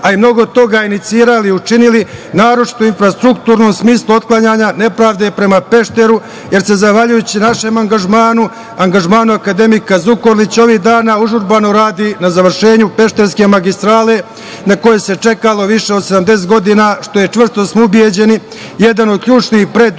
a i mnogo toga inicirali i učinili, naročito u infrastrukturnom smislu otklanjanja nepravde prema Pešteru, jer se zahvaljujući našem angažmanu, angažmanu akademika Zukorlića ovih dana užurbano radi na završetku pešterske magistrale na koje se čekalo više od 70 godina, što je, čvrsto smo ubeđeni, jedan od ključnih